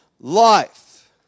life